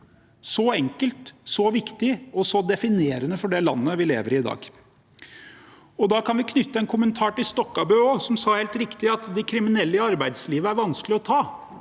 så enkelt, så viktig og så definerende for det landet vi lever i i dag. Da kan vi knytte en kommentar til Stokkebø, som helt riktig sa at de kriminelle i arbeidslivet er vanskelige å ta.